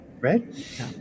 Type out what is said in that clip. right